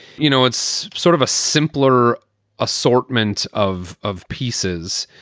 you know, it's sort of a simpler assortment of of pieces.